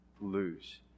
lose